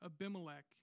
Abimelech